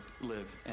live